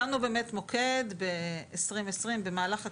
הקמנו מוקד בשנת 2020 במהלך הקורונה.